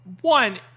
One